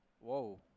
Whoa